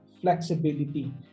flexibility